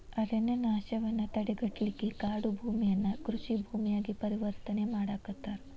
ಅರಣ್ಯನಾಶವನ್ನ ತಡೆಗಟ್ಟಲಿಕ್ಕೆ ಕಾಡುಭೂಮಿಯನ್ನ ಕೃಷಿ ಭೂಮಿಯಾಗಿ ಪರಿವರ್ತನೆ ಮಾಡಾಕತ್ತಾರ